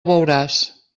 veuràs